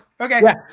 Okay